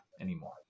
anymore